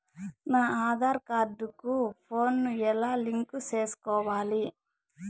నా ఆధార్ కార్డు కు ఫోను ను ఎలా లింకు సేసుకోవాలి?